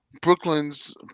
Brooklyn's